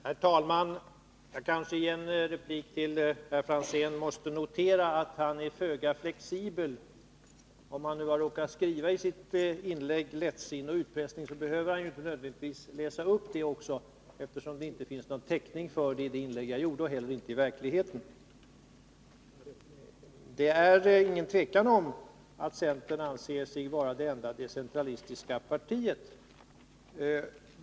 Herr talman! Jag vill i en replik till herr Franzén notera att denne är föga flexibel. Om han nu i sitt inlägg råkat skriva orden ”lättsinne” och ”utpressning”, behöver han ju inte nödvändigtvis också läsa upp dem. Det finns ju ingen täckning för dem vare sig vad gäller mitt anförande eller vad gäller de faktiska förhållandena. Det är inget tvivel om att centern anser sig vara det enda decentralistiska partiet.